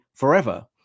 Forever